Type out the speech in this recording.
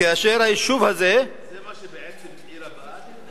כאשר היישוב הזה, זה מה שהוא בעצם עיר הבה"דים?